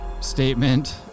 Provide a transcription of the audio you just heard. statement